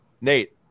Nate